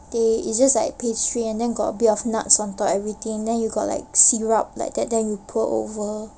they it's just like pastry and then got a bit of nuts on top everything then you got like syrup like that then you pour over